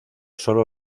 sólo